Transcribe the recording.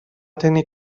tenir